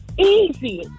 easy